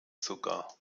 sogar